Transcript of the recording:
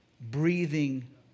breathing